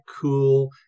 cool